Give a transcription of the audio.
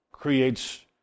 Creates